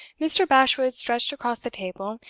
mr. bashwood stretched across the table,